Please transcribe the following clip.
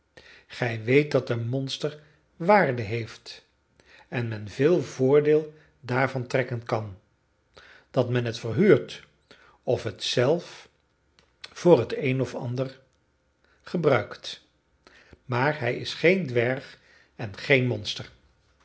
gij weet dat een monster waarde heeft en men veel voordeel daarvan trekken kan dat men het verhuurt of het zelf voor het een of ander gebruikt maar hij is geen dwerg en geen monster